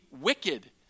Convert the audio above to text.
wicked